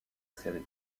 série